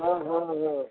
ହଁ ହଁ ହଁ